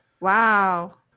Wow